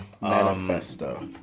Manifesto